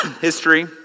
history